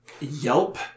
yelp